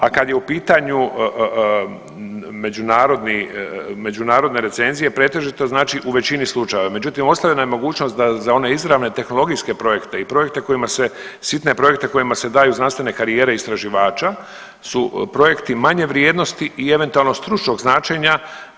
A kad je u pitanju međunarodni, međunarodne recenzije pretežito znači u većini slučajeva, međutim ostavljena je mogućnost da za one izravne tehnologijske projekte i projekte kojima se, sitne projekte kojima se daju znanstvene karijere istraživača su projekti manje vrijednosti i eventualno stručnog značenja.